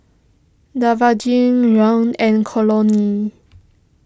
Devaughn Rahn and Colonel